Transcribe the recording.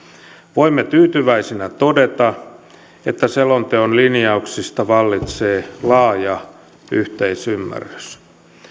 voimme tyytyväisinä todeta että selonteon linjauksista vallitsee laaja yhteisymmärrys